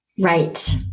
Right